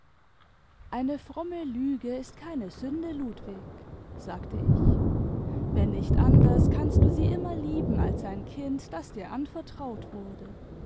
eine fromme lüge ist keine sünde ludwig sagte ich wenn nicht anders kannst du sie immer lieben als ein kind das dir anvertraut wurde